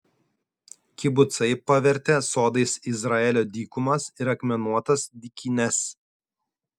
kibucai pavertė sodais izraelio dykumas ir akmenuotas dykynes